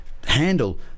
handle